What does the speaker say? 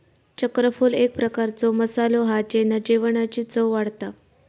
चक्रफूल एक प्रकारचो मसालो हा जेना जेवणाची चव वाढता